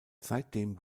seitdem